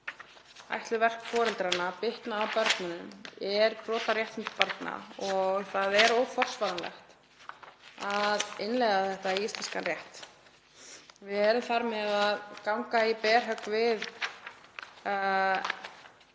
ætluð verk foreldra bitna á börnum, er brot á réttindum barna og það er óforsvaranlegt að innleiða það í íslenskan rétt. Við erum þar með að ganga í berhögg við